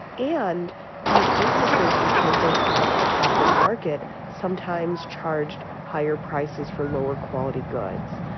and these businesses, because they had a captive market, sometimes charged higher prices for lower quality goods.